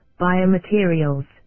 biomaterials